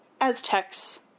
Aztecs